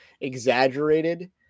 exaggerated